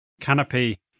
canopy